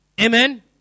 Amen